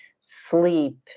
sleep